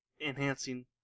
enhancing